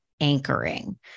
anchoring